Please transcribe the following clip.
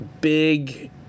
big –